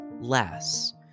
less